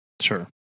Sure